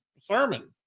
sermon